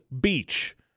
beach